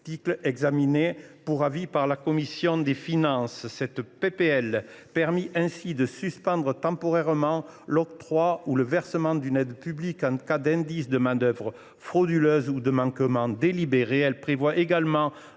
articles examinés pour avis par la commission des finances. Ce texte permet ainsi de suspendre temporairement l’octroi ou le versement d’une aide publique en cas d’indices de manœuvres frauduleuses ou de manquement délibéré.